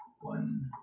One